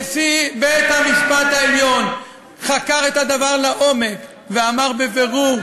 נשיא בית-המשפט העליון חקר את הדבר לעומק ואמר בבירור,